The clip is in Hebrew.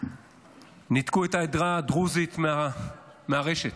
ניתקו את העדה הדרוזית מהרשת,